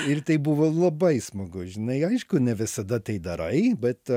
ir tai buvo labai smagu žinai aišku ne visada tai darai bet